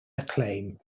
acclaim